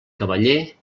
cavaller